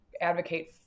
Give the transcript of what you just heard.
advocate